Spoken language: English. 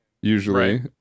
usually